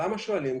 למה שואלים?